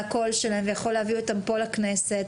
והקול שלהם יכול להביא אותם פה לכנסת,